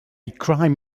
crime